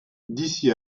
d’ici